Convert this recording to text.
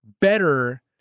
better